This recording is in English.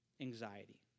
anxiety